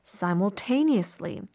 simultaneously